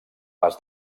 pas